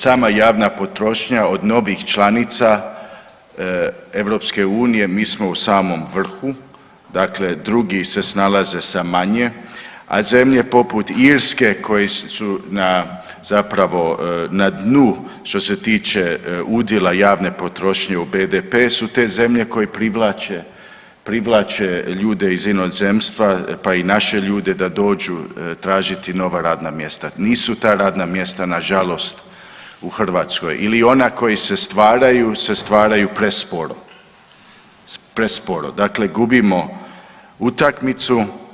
Sama javna potrošnja od novih članica EU, mi smo u samom vrhu, dakle drugi se snalaze sa manje, a zemlje poput Irske koje su na, zapravo na dnu što se tiče udjela javne potrošnje u BDP su te zemlje koje privlače, privlače ljude iz inozemstva, pa i naše ljude da dođu tražiti nova radna mjesta, nisu ta radna mjesta nažalost u Hrvatskoj ili ona koja se stvaraju se stvaraju presporo, presporo, dakle gubimo utakmicu.